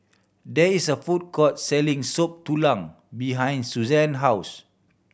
there is a food court selling Soup Tulang behind Susann house